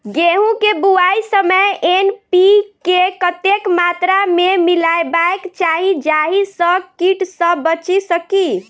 गेंहूँ केँ बुआई समय एन.पी.के कतेक मात्रा मे मिलायबाक चाहि जाहि सँ कीट सँ बचि सकी?